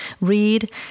Read